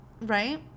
right